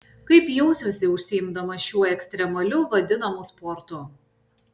kaip jausiuosi užsiimdamas šiuo ekstremaliu vadinamu sportu